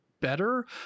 better